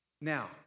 Now